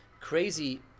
crazy